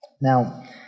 Now